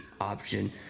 option